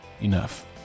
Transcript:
enough